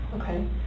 Okay